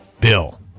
Bill